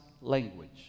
language